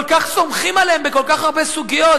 כל כך סומכים עליהם בכל כך הרבה סוגיות,